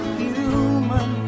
human